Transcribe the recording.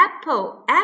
apple